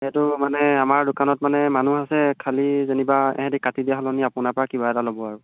সেইটো মানে আমাৰ দোকানত মানে মানুহ আছে খালি যেনিবা এহেঁতি কাটি দিয়া সলনি আপোনাৰ পৰা কিবা এটা ল'ব আৰু